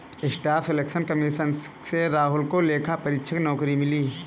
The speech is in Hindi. स्टाफ सिलेक्शन कमीशन से राहुल को लेखा परीक्षक नौकरी मिली